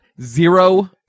zero